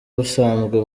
busanzwe